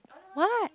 what